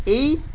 এই